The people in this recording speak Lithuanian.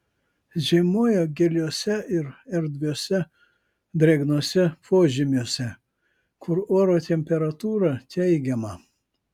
žiemoja giliuose ir erdviuose drėgnuose požymiuose kur oro temperatūra teigiama